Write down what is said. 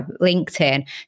LinkedIn